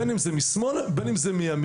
בין אם זה משמאל בין אם זה מימין,